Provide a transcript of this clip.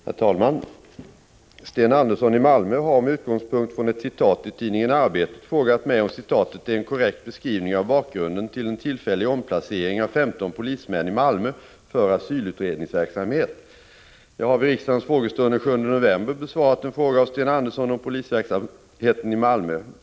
Herr talman! Sten Andersson i Malmö har — med utgångspunkt i ett citat i tidningen Arbetet — frågat mig om citatet är en korrekt beskrivning av bakgrunden till en tillfällig omplacering av 15 polismän i Malmö för asylutredningsverksamhet. Jag har vid riksdagens frågestund den 7 november besvarat en fråga av Sten Andersson om polisverksamheten i Malmö.